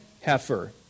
heifer